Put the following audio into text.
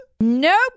Nope